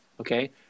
Okay